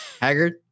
Haggard